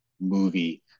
movie